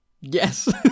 yes